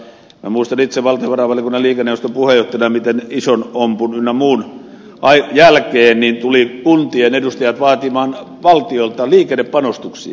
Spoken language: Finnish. minä muistan itse valtiovarainvaliokunnan liikennejaoston puheenjohtajana miten ison ompun ynnä muun jälkeen tulivat kuntien edustajat vaatimaan valtiolta liikennepanostuksia